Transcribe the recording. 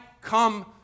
come